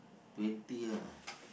twenty ah